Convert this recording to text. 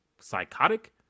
psychotic